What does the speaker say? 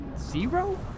zero